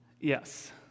Yes